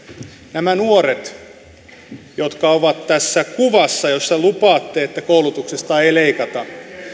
nämä nuoret jotka ovat tässä kuvassa jossa lupaatte että koulutuksesta ei leikata